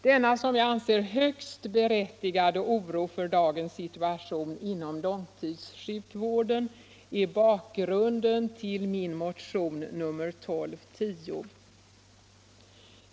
Denna som jag anser högst berättigade oro för dagens situation inom långtidssjukvården är bakgrunden till min motion nr 1210.